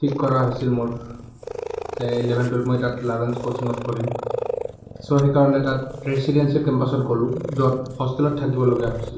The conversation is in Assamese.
ঠিক কৰা হৈছিল মোৰ যে ইলেভেন টুৱেলভ মই তাত লালেঞ্চ ক'চিঙত পঢ়িম ছ' সেইকাৰণে তাত ৰেচিডেন্সিয়েল কেম্পাছত গ'লোঁ য'ত হোষ্টেলত থাকিবলগীয়া হৈছিল